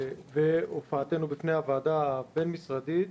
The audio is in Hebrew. והופעתנו בפני הוועדה הבין משרדית,